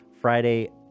Friday